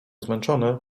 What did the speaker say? zmęczony